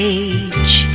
age